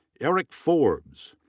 eric forbes.